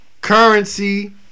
Currency